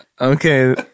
Okay